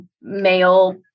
male